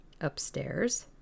upstairs